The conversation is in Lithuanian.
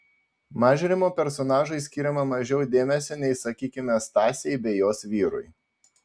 mažrimo personažui skiriama mažiau dėmesio nei sakykime stasei bei jos vyrui